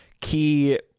key